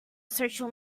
social